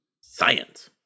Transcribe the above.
Science